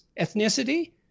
ethnicity